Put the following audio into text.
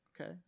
Okay